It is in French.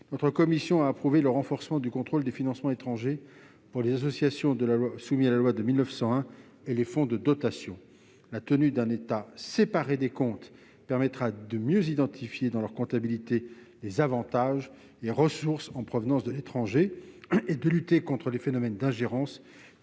la commission a approuvé le renforcement du contrôle des financements étrangers pour les associations soumises à la loi de 1901 et les fonds de dotation. La tenue d'un état séparé des comptes permettra de mieux identifier dans leur comptabilité les avantages et les ressources en provenance de l'étranger, et de lutter contre les phénomènes d'ingérence